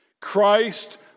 Christ